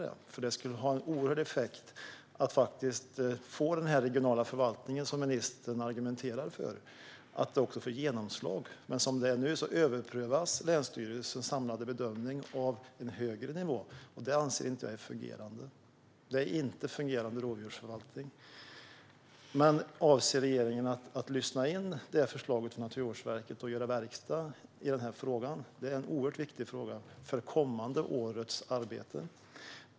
Det skulle nämligen ha en oerhörd effekt om den regionala förvaltning ministern argumenterar för faktiskt fick genomslag. Som det är nu överprövas dock länsstyrelsens samlade bedömning av en högre instans, och det anser jag inte vara fungerande. Det är inte en fungerande rovdjursförvaltning. Avser regeringen att lyssna på Naturvårdsverkets förslag och göra verkstad i denna fråga? Det är en oerhört viktig fråga för det kommande årets arbete.